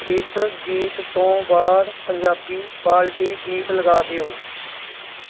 ਇਸ ਗੀਤ ਤੋਂ ਬਾਅਦ ਪੰਜਾਬੀ ਪਾਰਟੀ ਗੀਤ ਲਗਾ ਦਿਓ